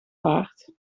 baard